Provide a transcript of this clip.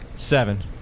Seven